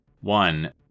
One